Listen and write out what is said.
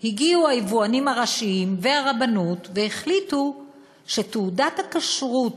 הגיעו היבואנים הראשיים והרבנות והחליטו שתעודת הכשרות